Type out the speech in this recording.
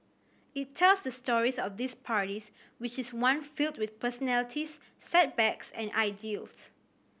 it tells the stories of these parties which is one filled with personalities setbacks and ideals